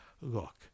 look